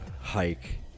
hike